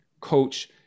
coach